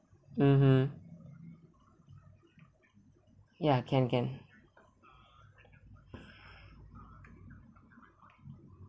mmhmm ya can can